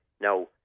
Now